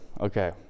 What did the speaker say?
okay